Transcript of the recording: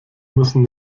müssen